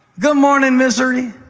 good morning, victory.